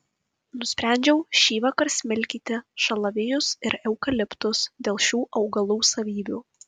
nusprendžiau šįvakar smilkyti šalavijus ir eukaliptus dėl šių augalų savybių